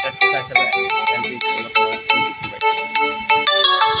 TET শিক্ষক হিচাপে L P স্কুলত মই নিযুক্তি পাইছিলোঁ